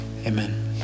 Amen